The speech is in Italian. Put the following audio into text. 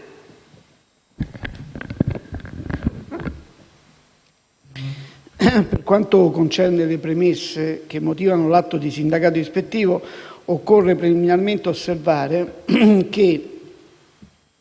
per quanto concerne le premesse che motivano l'atto di sindacato ispettivo, occorre preliminarmente osservare che,